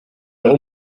der